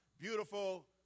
beautiful